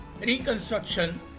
reconstruction